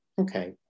Okay